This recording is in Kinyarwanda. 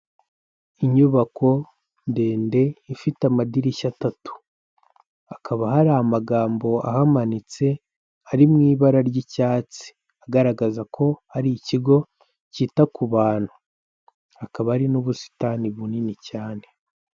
Inyubako ndende ifite amadirishya atatu. Hakaba hari amagambo ahamanitse, ari mu ibara ry'icyatsi, agaragaza ko hari ikigo cyita ku bantu. Hakaba hari n'ubusitani bunini cyane.